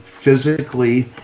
physically